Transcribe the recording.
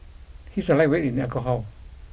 he is a lightweight in alcohol